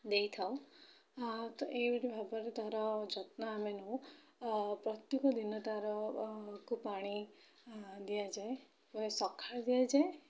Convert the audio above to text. ଦେଇଥାଉ ତ ଏହିପରି ଭାବରେ ତା'ର ଯତ୍ନ ଆମେ ନେଉ ପ୍ରତ୍ୟକ ଦିନ ତା'ର କୁ ପାଣି ଦିଆଯାଏ ସକାଳେ ଦିଆଯାଏ